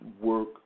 work